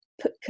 put